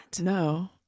No